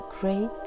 great